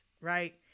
right